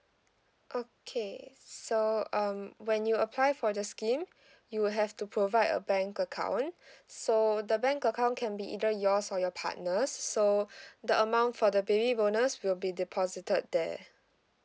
okay so um when you apply for the scheme you will have to provide a bank account so the bank account can be either yours or your partner's s~ so the amount for the baby bonus will be deposited there